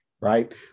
right